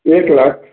एक लाख